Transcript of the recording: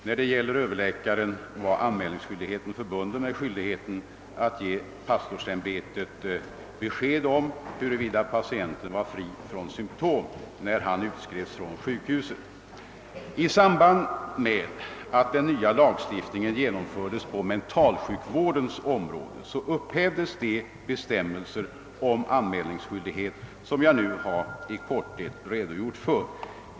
När det gäller överläkare med anmälningsskyldigheten förbunden med åläggandet att ge pastorsämbetet besked om huruvida patienten var fri från symtom när vederbörande utskrevs från sjukhuset. I samband med att den nya lagstiftningen genomfördes på mentalsjukvårdens område upphävdes de bestämmelser om anmälningsskyldighet, som jag nu i korthet har redogjort för.